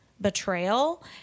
betrayal